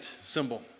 symbol